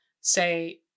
say